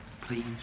please